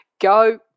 go